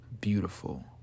beautiful